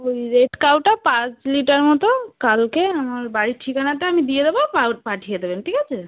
ওই রেড কাউটা পাঁচ লিটার মতো কালকে আমার বাড়ির ঠিকানাটা আমি দিয়ে দেবো পাঠিয়ে দেবেন ঠিক আছে